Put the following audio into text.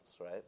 right